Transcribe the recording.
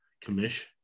Commission